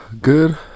Good